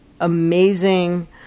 amazing